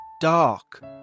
dark